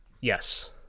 Yes